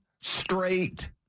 straight